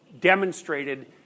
demonstrated